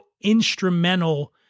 instrumental